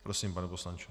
Prosím, pane poslanče.